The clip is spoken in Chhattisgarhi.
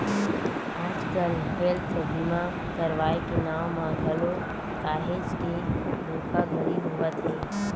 आजकल हेल्थ बीमा करवाय के नांव म घलो काहेच के धोखाघड़ी होवत हे